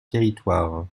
territoire